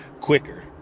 quicker